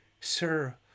Sir